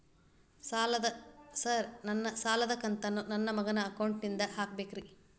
Sir ನನ್ನ ಸಾಲದ ಕಂತನ್ನು ನನ್ನ ಮಗನ ಅಕೌಂಟ್ ನಿಂದ ಹಾಕಬೇಕ್ರಿ?